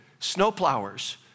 snowplowers